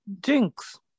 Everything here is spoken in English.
Jinx